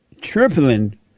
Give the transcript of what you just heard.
tripling